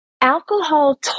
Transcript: alcohol